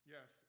Yes